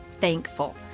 thankful